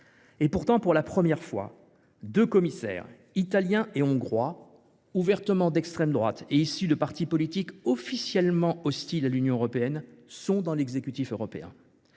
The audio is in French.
Pourtant, pour la première fois, deux commissaires, italien et hongrois, ouvertement d’extrême droite et issus de partis politiques officiellement hostiles à l’Union européenne, figurent au sein de l’exécutif européen.